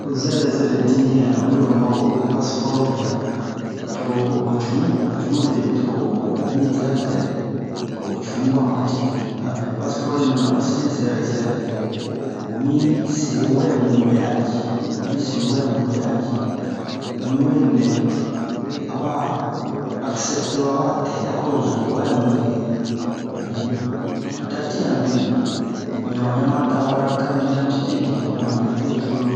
Ho zɛrɛ zɛrɛ dimiyan oyi ro o ma woro pas-por be to o cunu ho cunu be to o mi tira zɛrɛ ho cunu bwa ma tete a be pas-por yi mina o se zɛrɛ zɛrɛ omi se wɛ muwe a ji o mi se wɛ muwe a ji ho ni we nɛ a ba aksɛpteba a ba tɛ a'o zo ho wɛ muwe dati yan mi dio mu yan wo ɲama da wora kart-didantite ji mu ɲa be cruru